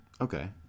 Okay